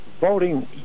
voting